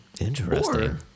interesting